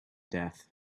death